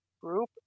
group